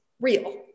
real